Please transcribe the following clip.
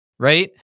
Right